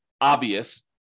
obvious